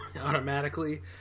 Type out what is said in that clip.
automatically